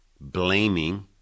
blaming